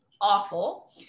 awful